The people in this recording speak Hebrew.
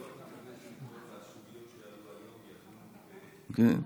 --- הסוגיות שעלו היום --- לא,